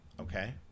Okay